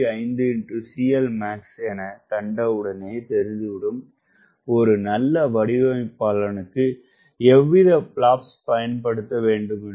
5CLmax என கண்டவுடனே தெரிந்துவிடும் ஒரு நல்ல வடிவமைப்பாளனுக்கு எவ்வித பிளாப்ஸ் பயன்படுத்தவேண்டுமென்று